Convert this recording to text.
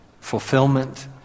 fulfillment